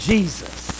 Jesus